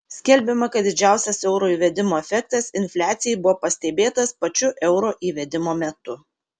skelbiama kad didžiausias euro įvedimo efektas infliacijai buvo pastebėtas pačiu euro įvedimo metu